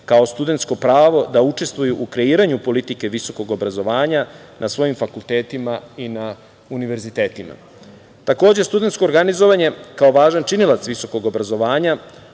kao studentsko pravo da učestvuju u kreiranju politike visokog obrazovanja na svojim fakultetima i na univerzitetima. Takođe, studentsko organizovanje, kao važan činilac visokog obrazovanja